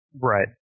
Right